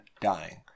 dying